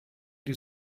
die